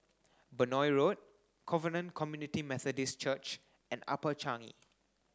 Benoi Road Covenant Community Methodist Church and Upper Changi